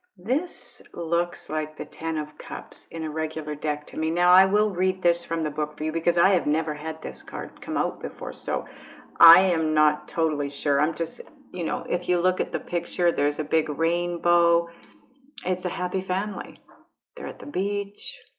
this looks like the ten of cups in a regular deck to me now i will read this from the book view because i have never had this card come out before so i am not totally sure i'm just you know, if you look at the picture, there's a big rainbow it's a happy family there at the beach